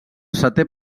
setè